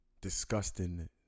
disgusting